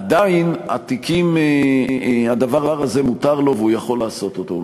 עדיין הדבר הזה מותר לו והוא יכול לעשות אותו.